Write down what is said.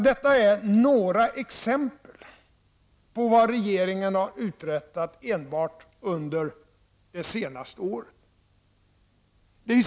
Detta är några exempel på vad regeringen har uträttat enbart under det senaste året.